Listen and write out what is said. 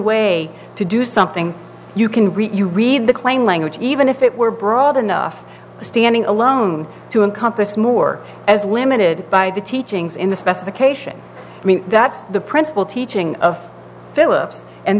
way to do something you can read you read the claim language even if it were broad enough standing alone to encompass more as limited by the teachings in the specification i mean that's the principal teaching of